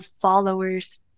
followers